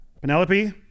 Penelope